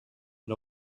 had